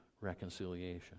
reconciliation